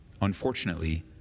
unfortunately